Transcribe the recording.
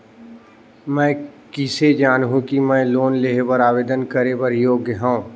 मैं किसे जानहूं कि मैं लोन लेहे बर आवेदन करे बर योग्य हंव?